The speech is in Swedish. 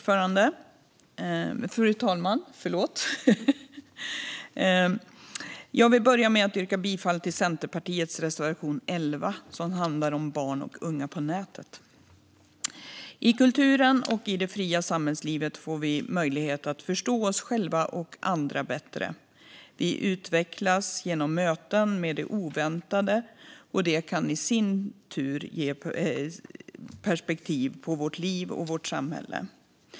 Fru talman! Jag vill börja med att yrka bifall till Centerpartiets reservation 11 som handlar om barn och unga på nätet. I kulturen och det fria samhällslivet får vi människor möjlighet att förstå oss själva och andra bättre. Vi utvecklas genom möten med det oväntade, och det kan i sin tur ge perspektiv på livet och samhället.